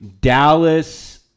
Dallas